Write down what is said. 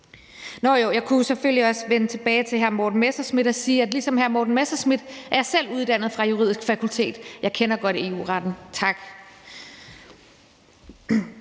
Nå jo, jeg kunne jo selvfølgelig også vende tilbage til hr. Morten Messerschmidt og sige, at jeg ligesom hr. Morten Messerschmidt selv er uddannet fra det juridiske fakultet, og at jeg godt kender EU-retten, tak.